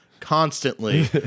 constantly